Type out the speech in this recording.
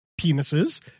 penises